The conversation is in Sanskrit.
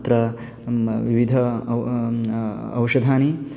अत्र विविधाः औषधयः